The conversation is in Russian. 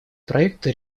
проекта